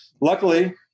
luckily